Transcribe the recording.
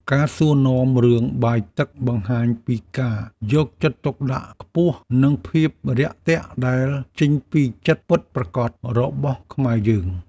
ការសួរនាំរឿងបាយទឹកបង្ហាញពីការយកចិត្តទុកដាក់ខ្ពស់ និងភាពរាក់ទាក់ដែលចេញពីចិត្តពិតប្រាកដរបស់ខ្មែរយើង។